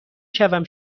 شوم